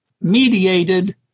mediated